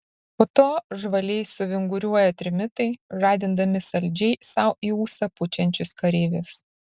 po to žvaliai suvinguriuoja trimitai žadindami saldžiai sau į ūsą pučiančius kareivius